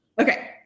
Okay